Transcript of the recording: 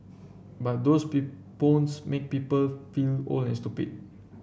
but those phones make people feel old and stupid